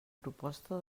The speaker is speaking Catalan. proposta